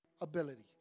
ability